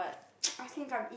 ask him come eat